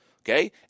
okay